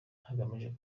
hagamijwe